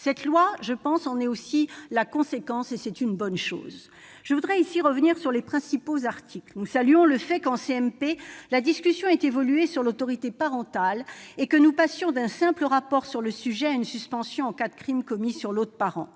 Cette loi en est aussi la conséquence, et c'est une bonne chose. Je veux revenir sur les principaux articles du texte. Nous saluons le fait que, en CMP, la discussion sur l'autorité parentale ait évolué et que nous passions ainsi d'un simple rapport sur le sujet à une suspension en cas de crime commis sur l'autre parent.